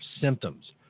symptoms